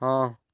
ହଁ